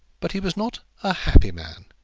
but he was not a happy man.